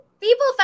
people